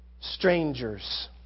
strangers